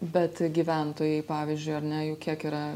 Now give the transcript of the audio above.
bet gyventojai pavyzdžiui ar ne jų kiek yra